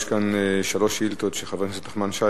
יש כאן שלוש שאילתות של חבר הכנסת נחמן שי.